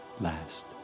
last